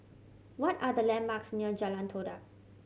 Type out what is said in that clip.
what are the landmarks near Jalan Todak